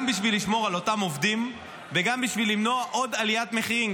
גם בשביל לשמור על אותם עובדים וגם בשביל למנוע עוד עליית מחירים.